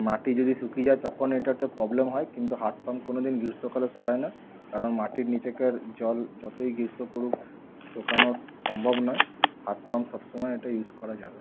মাটি যদি শুকিয়ে যায় তখন এটা একটা প্রবলেম হয় কিন্তু হাত পাম্প কোনো দিন গ্রীষ্মকালে শোকায় না কারণ মাটির নিচেকার জল যতই গ্রীষ্ম পড়ুক শোকানো সম্ভব নয় হাত পাম্প সবসময় এটা ইউজ করা যাবে